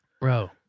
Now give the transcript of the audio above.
bro